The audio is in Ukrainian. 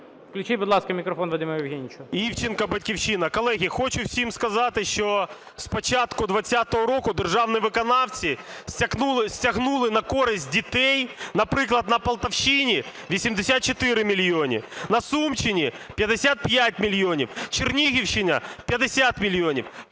Включіть, будь ласка, мікрофон Вадиму Євгеновичу. 13:42:26 ІВЧЕНКО В.Є. Івченко, "Батьківщина". Колеги, хочу всім сказати, що з початку 20-го року державні виконавці стягнули на користь дітей, наприклад, на Полтавщині 84 мільйони, на Сумщині – 55 мільйонів, Чернігівщина – 50 мільйонів.